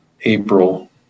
April